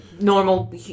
normal